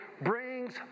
brings